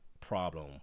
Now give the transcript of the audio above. problem